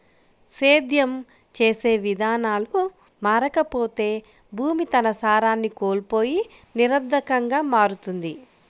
సేద్యం చేసే విధానాలు మారకపోతే భూమి తన సారాన్ని కోల్పోయి నిరర్థకంగా మారుతుంది